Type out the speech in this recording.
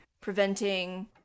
preventing